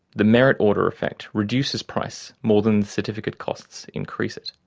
the merit order effect reduces price more than certificate costs increase it.